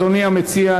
אדוני המציע,